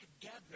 together